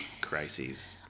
crises